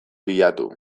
bilatu